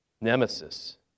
nemesis